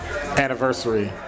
anniversary